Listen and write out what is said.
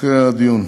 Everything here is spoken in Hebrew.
אחרי הדיון.